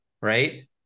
right